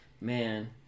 man